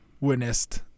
witnessed